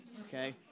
Okay